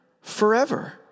forever